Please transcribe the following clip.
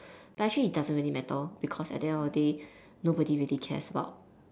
but actually it doesn't really matter because at the end of the day nobody really cares about